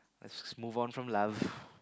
let's just move on from love